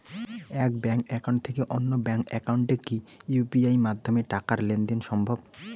এক bank account থেকে অন্য ব্যাংক একাউন্টে কি ইউ.পি.আই মাধ্যমে টাকার লেনদেন দেন সম্ভব?